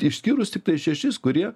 išskyrus tiktai šešis kurie